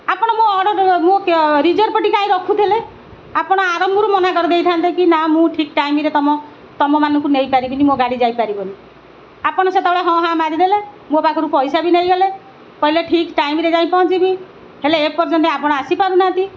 ଆପଣ ମୋ ଅର୍ଡ଼ର ମୋ ରିଜର୍ଭଟି କାଇଁ ରଖୁଥିଲେ ଆପଣ ଆରମ୍ଭରୁ ମନା କରିଦେଇଥାନ୍ତେ କି ନା ମୁଁ ଠିକ୍ ଟାଇମ୍ରେ ତୁମ ତୁମମାନଙ୍କୁ ନେଇପାରିବିନି ମୋ ଗାଡ଼ି ଯାଇପାରିବନି ଆପଣ ସେତେବେଳେ ହଁ ହାଁ ମାରିଦେଲେ ମୋ ପାଖରୁ ପଇସା ବି ନେଇଗଲେ କହିଲେ ଠିକ୍ ଟାଇମ୍ରେ ଯାଇ ପହଞ୍ଚିବି ହେଲେ ଏ ପର୍ଯ୍ୟନ୍ତ ଆପଣ ଆସିପାରୁନାହାନ୍ତି